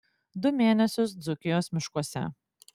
du mėnesius dzūkijos miškuose